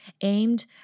aimed